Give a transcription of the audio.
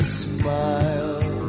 smile